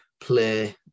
play